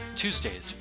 Tuesdays